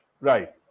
Right